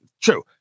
true